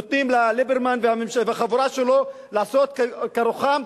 נותנים לליברמן והחבורה שלו לעשות כרוחם,